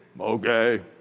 Okay